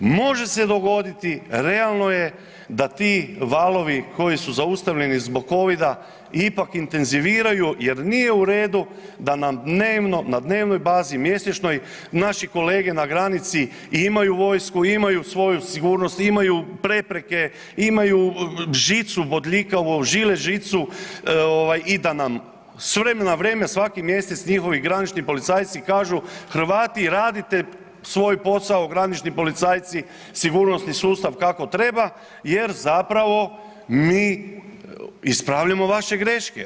Može se dogoditi realno je da ti valovi koji su zaustavljeni zbog Covid-a ipak intenziviraju jer nije u redu da nam dnevno, na dnevnoj bazi mjesečnoj naši kolege na granici imaju vojsku, imaju svoju sigurnost, imaju prepreke, imaju žicu bodljikavu žilet žicu i da nam s vremena na vrijeme svaki mjesec njihovi granični policajci kažu Hrvati radite svoj posao, granični policajci, sigurnosni sustav kako treba jer zapravo mi ispravljamo vaše greške.